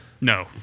No